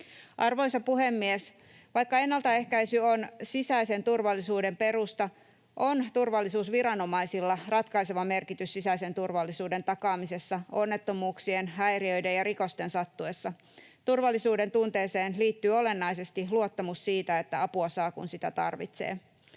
Arvoisa puhemies! Vaikka ennaltaehkäisy on sisäisen turvallisuuden perusta, on turvallisuusviranomaisilla ratkaiseva merkitys sisäisen turvallisuuden takaamisessa onnettomuuksien, häiriöiden ja rikosten sattuessa. Turvallisuudentunteeseen liittyy olennaisesti luottamus siitä, että apua saa, kun sitä tarvitsee.